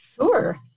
Sure